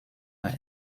are